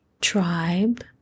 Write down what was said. tribe